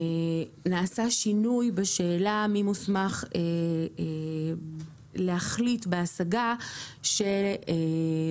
נעשה שינוי בשאלה מי מוסמך להחליט בהשגה שהוגשה